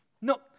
No